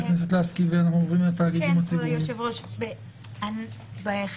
בבקשה.